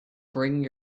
bring